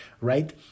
right